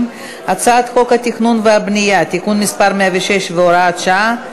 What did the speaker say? הצעת חוק התכנון והבנייה (תיקון מס' 106 והוראת שעה),